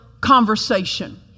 conversation